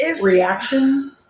reaction